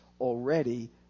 already